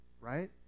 Right